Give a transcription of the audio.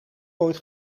ooit